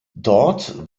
dort